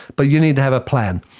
but you need to have a plan.